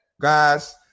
guys